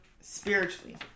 spiritually